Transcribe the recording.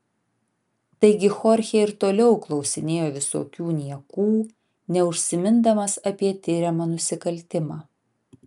taigi chorchė ir toliau klausinėjo visokių niekų neužsimindamas apie tiriamą nusikaltimą